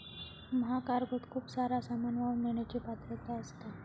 महाकार्गोत खूप सारा सामान वाहून नेण्याची पात्रता असता